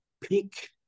pick